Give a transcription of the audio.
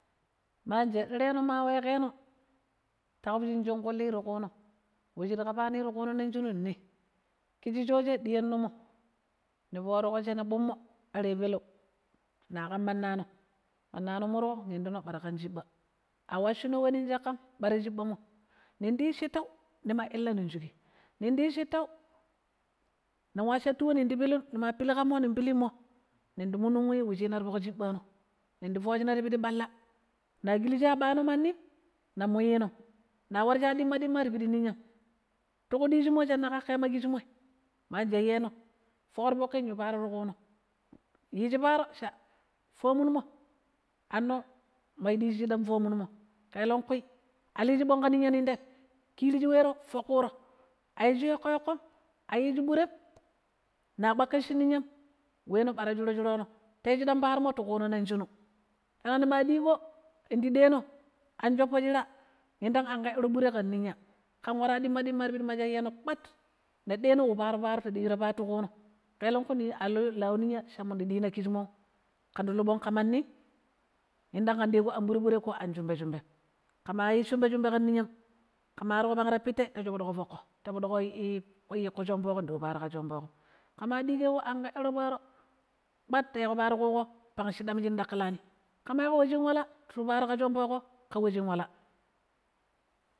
Maanjeɗɗereno ma we ƙeno ta kabu shunkunli ntuƙuno, we shi ta kaapani tuƙuno nii, kiji shoje ɗiyanno ma ni fooruƙo shene ƙpummo are peleu na ƙan mananom, manano murko induno ɓara ƙan chiɓɓa, a washuno we nong caƙƙam ɓaara chiɓɓa mu nindi yi shittau nima ta illina ning shuƙii ning wa shattu we ning pilun nima pilli ƙa mmo ning pillumo nindi munun wuchinaa ti foƙ chiɓɓano nindii focchina ti pidi ɓalla, na kiliji ya ɓaano manim nammu yinom, na warjii ya ɗimma ɗimma ti pidi ninyam, tuƙu dijimo shinna ƙaƙƙeman kijimoi, maanjayyeno a fooro fokim yu paaro tukune yiji paaro cha paamunmo mayu diji kiji paamunmo kelenghkui aliji bong ka ninya nong tem kiriji wero ka foƙƙuro a yiji yoƙƙo yoƙƙom, a yiji ɓurem, na kpaƙƙisshi ninyam weeno ɓara shuro shurono tei yu shiɗam faaronmo tuƙuno nong shinu peneng nima ɗiiƙo nindi ɗeno an shoppo shira yindang an ƙoɗor bure, ƙen ninya, ƙen waara ɗimma-ɗimma ti piɗi ma shayyeno kpat ni ta ɗeeno wu paaro-paaro ta ɗero wu paaro ti ƙuno kelengƙui aluu lau ninya shammun ndiyi kijimon kandi luu bong ka mandim yindang ƙan ɗeƙo an ɓure-ɓure, ko an shumɓe-shumɓem ƙema yiji shumɓe-shumɓe ƙan ninyam ƙe ma ru bangta pettei ta peƙro foƙƙo ta foɗɗuƙo ku shomboƙo ndu yu paaro ƙa shomboƙo ƙema dijeƙo an ƙeɗɗuro paara kpat ta yiƙo paaro ƙuƙo pang shiɗam shi ɗaƙƙilani ƙe ma yiƙo we shin wala ta yiƙo paaro ƙuƙo ka we shin wala.